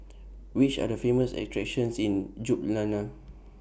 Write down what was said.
Which Are The Famous attractions in Ljubljana